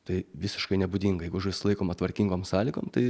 tai visiškai nebūdinga jeigu žuvis laikoma tvarkingom sąlygom tai